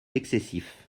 excessif